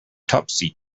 topsy